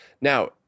Now